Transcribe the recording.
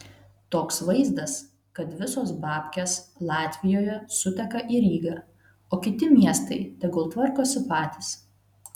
toks vaizdas kad visos babkės latvijoje suteka į rygą o kiti miestai tegul tvarkosi patys